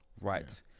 right